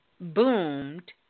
boomed